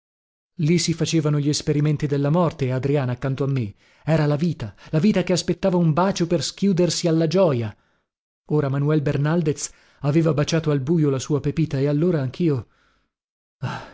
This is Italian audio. lì si facevano gli esperimenti della morte e adriana accanto a me era la vita la vita che aspetta un bacio per schiudersi alla gioja ora manuel bernaldez aveva baciato al bujo la sua pepita e allora anchio